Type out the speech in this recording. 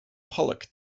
pollock